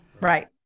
right